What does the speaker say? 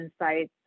insights